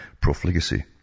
profligacy